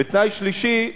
ותנאי שלישי,